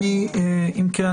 אם כן,